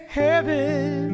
heaven